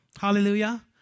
Hallelujah